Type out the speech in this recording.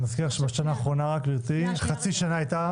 אני מזכיר לך שבשנה האחרונה חצי שנה הייתה